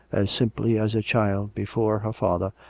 as simply as a child before her father,